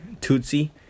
Tootsie